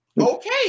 Okay